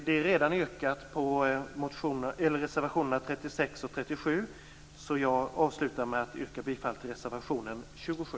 Det har redan yrkats på reservationerna 36 och 37, så jag avslutar med att yrka bifall till reservationen 27.